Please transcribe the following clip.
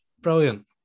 Brilliant